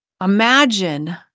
Imagine